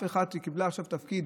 אחת שקיבלה עכשיו תפקיד